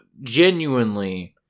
genuinely